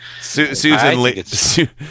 Susan